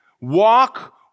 Walk